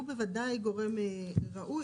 הוא בוודאי גורם ראוי.